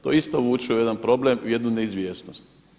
To isto vuče u jedan problem u jednu neizvjesnost.